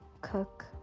cook